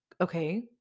Okay